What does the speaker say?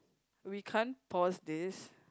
we can't pause this